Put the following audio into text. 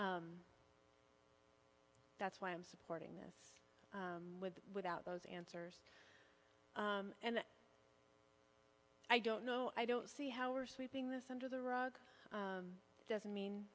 that's why i'm supporting this with without those answer and i don't know i don't see how or sweeping this under the rug doesn't mean